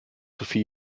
sophie